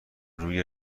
روی